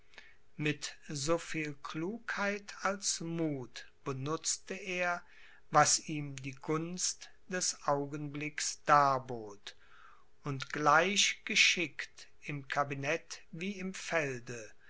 mit so viel klugheit als muth benutzte er was ihm die gunst des augenblicks darbot und gleich geschickt im kabinet wie im felde